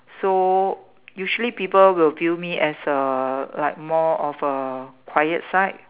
so usually people will view me as uh like more of a quiet side